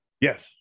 Yes